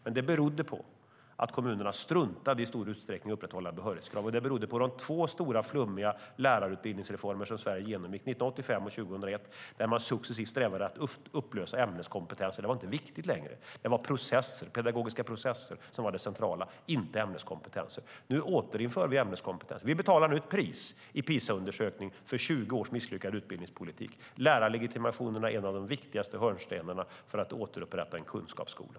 Men det berodde på att kommunerna i stor utsträckning struntade i att upprätthålla behörighetskraven. Det berodde i sin tur på de två stora flummiga lärarutbildningsreformer som Sverige genomgick 1985 och 2001 då man successivt strävade efter att upplösa ämneskompetenser. De var inte längre viktiga, utan det var pedagogiska processer som var det centrala. Nu återinför vi ämneskompetenser. Nu betalar vi ett pris genom PISA-undersökningen för 20 års misslyckad utbildningspolitik. Lärarlegitimationerna är en av de viktigaste hörnstenarna för att återupprätta en kunskapsskola.